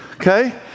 Okay